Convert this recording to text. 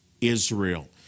Israel